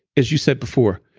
as you said before,